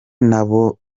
n’abo